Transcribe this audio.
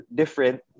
different